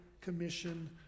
Commission